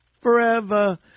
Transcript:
forever